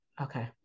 Okay